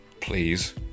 please